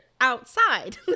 outside